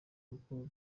kuko